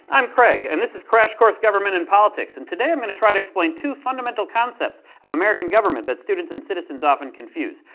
i'm craig, and this is crash course government and politics. and today, i'm going to try to explain two fundamental concepts of american government that students and citizens often confuse.